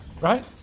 Right